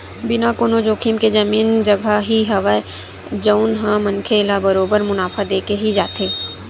बिना कोनो जोखिम के जमीन जघा ही हवय जउन ह मनखे ल बरोबर मुनाफा देके ही जाथे